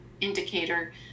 indicator